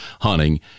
hunting